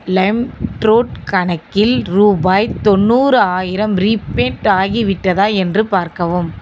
Limeroad கணக்கில் ரூபாய் தொண்ணூறாயிரம் ரீப்பேட் ஆகிவிட்டதா என்று பார்க்கவும்